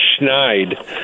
schneid